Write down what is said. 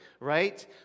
right